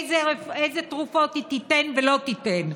איזה תרופות היא תיתן ולא תיתן,